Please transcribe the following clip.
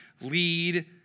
lead